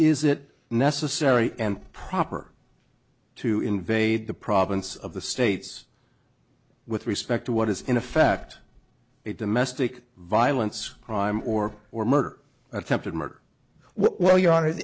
is it necessary and proper to invade the province of the states with respect to what is in effect it domestic violence crime or or murder attempted murder well you are